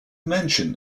mention